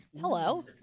Hello